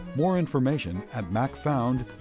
more information at macfound